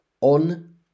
On